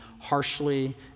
harshly